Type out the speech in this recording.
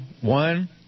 one